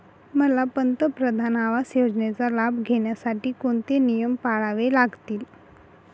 मला पंतप्रधान आवास योजनेचा लाभ घेण्यासाठी कोणते नियम पाळावे लागतील?